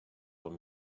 from